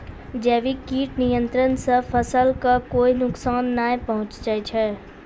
जैविक कीट नियंत्रण सॅ फसल कॅ कोय नुकसान नाय पहुँचै छै